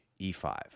e5